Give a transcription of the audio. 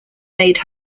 made